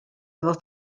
fod